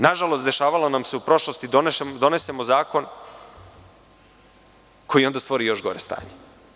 Nažalost dešavalo nam se u prošlosti, donesemo zakon koji onda stvori još gore stanje.